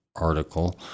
article